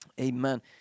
amen